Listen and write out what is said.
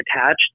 attached